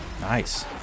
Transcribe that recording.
Nice